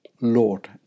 Lord